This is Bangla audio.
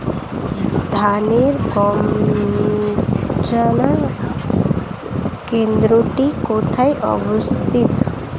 ধানের গবষণা কেন্দ্রটি কোথায় অবস্থিত?